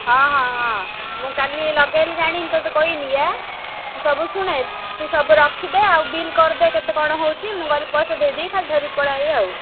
ହଁ ହଁ ହଁ ମୁଁ କାଲି ଲଗାଇଲେ ଜାଣିକି ତତେ କହିନିକିଆ ସବୁ ଶୁଣେ ତୁ ସବୁ ରଖି ଦେ ଆଉ ବିଲ୍ କରିଦେ କେତେ କ'ଣ ହେଉଛି ମୁଁ ଗଲେ ପଇସା ଦେଇଦେବି ଖାଲି ଧରିକି ପଳାଇଆସିବି ଆଉ